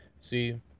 See